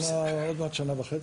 עוד מעט שנה וחצי.